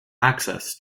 access